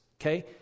okay